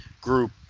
group